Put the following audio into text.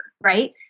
right